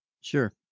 Sure